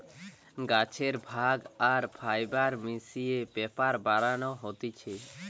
গাছের ভাগ আর ফাইবার মিশিয়ে পেপার বানানো হতিছে